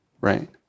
right